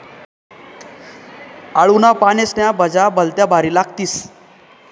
आळूना पानेस्न्या भज्या भलत्या भारी लागतीस